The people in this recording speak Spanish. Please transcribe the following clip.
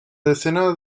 decena